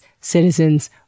citizens